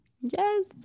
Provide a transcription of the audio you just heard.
Yes